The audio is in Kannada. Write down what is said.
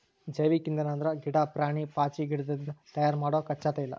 ಜೈವಿಕ್ ಇಂಧನ್ ಅಂದ್ರ ಗಿಡಾ, ಪ್ರಾಣಿ, ಪಾಚಿಗಿಡದಿಂದ್ ತಯಾರ್ ಮಾಡೊ ಕಚ್ಚಾ ತೈಲ